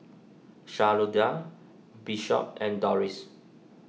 Shalonda Bishop and Dorris